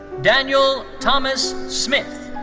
daniel thomas smith.